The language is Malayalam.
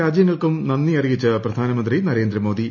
രാജ്യങ്ങൾക്കും നന്ദി അറിയിച്ച് പ്രധാനമന്ത്രി നരേന്ദ്രമോദി